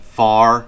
far